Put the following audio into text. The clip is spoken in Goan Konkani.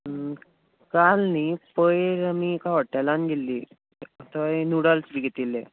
काल न्हय पयर आमी एका हॉटेलांत गेल्लीं थंय नुडल्स घेतिल्ले